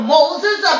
Moses